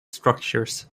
structures